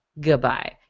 Goodbye